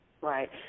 Right